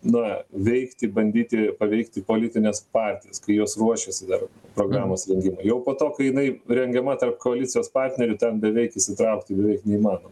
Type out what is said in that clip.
na veikti bandyti paveikti politines partijas kai jos ruošiasi dar programos rengimui jau po to kai jinai rengiama tarp koalicijos partnerių ten beveik įsitraukti beveik neįmanoma